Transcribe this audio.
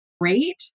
great